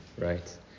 right